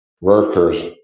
workers